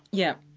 yeah.